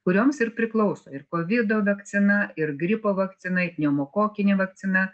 kurioms ir priklauso ir kovido vakcina ir gripo vakcina i pneumokokinė vakcina